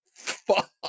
fuck